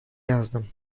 yazdım